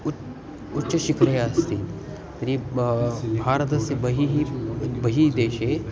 उच् उच्चशिखरे अस्ति तर्हि बा भारतस्य बहिः उद् बहिर्देशे